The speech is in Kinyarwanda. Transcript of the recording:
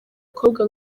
mukobwa